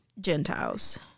Gentiles